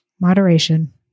Moderation